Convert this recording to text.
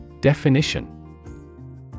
Definition